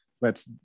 lets